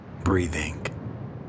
breathing